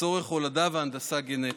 לצורך הולדה והנדסה גנטית.